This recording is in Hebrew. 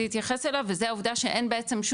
להתייחס אליו וזה העובדה שאין בעצם,